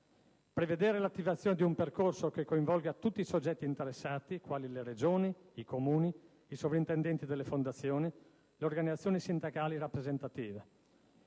prevedere l'attivazione di un percorso che coinvolga tutti i soggetti interessati, quali le Regioni, i Comuni, i sovrintendenti delle fondazioni, le organizzazioni sindacali rappresentative.